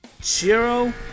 Chiro